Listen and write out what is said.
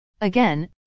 Again